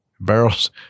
barrels